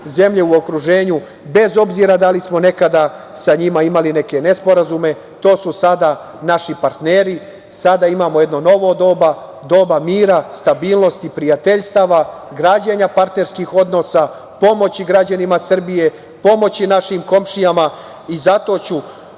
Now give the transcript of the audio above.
zemlje u okruženju, bez obzira da li smo nekada sa njima imali neke nesporazume, to su sada naši partneri, sada imamo jedno novo doba, doba mira, stabilnosti, prijateljstava, građenja partnerskih odnosa, pomoći građanima Srbije, pomoći našim komšijama. Zato ću